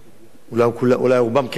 אולי רובם ככולם,